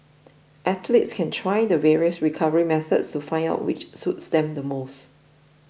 athletes can try the various recovery methods to find out which suits them the most